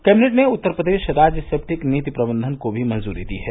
cabinet ने उत्तर प्रदेश राज्य septic नीति प्रबंधन को भी मंजूरी दी है